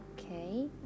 okay